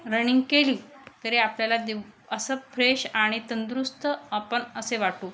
running केली तरी आपल्याला देऊ असं फ्रेश आणि तंदुरुस्त आपण असे वाटू